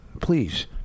please